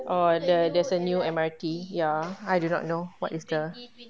orh the that's a new M_R_T ya I do not know what is the